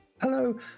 Hello